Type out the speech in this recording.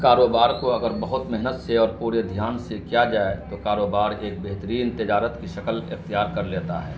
کاروبار کو اگر بہت محنت سے اور پورے دھیان سے کیا جائے تو کاروبار ایک بہترین تجارت کی شکل اختیار کر لیتا ہے